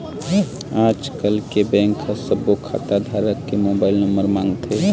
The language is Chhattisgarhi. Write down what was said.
आजकल बेंक ह सब्बो खाता धारक के मोबाईल नंबर मांगथे